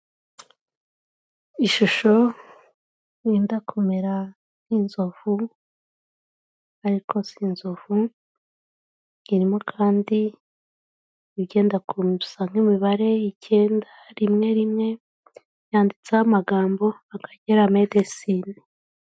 Ishusho wenda kumera nk'inzovu, ariko si inzovu, irimo kandi ibyenda gusa n'imibare nk'imibare icyenda, rimwe rimwe, yanditseho amagambo Akagera Medecine.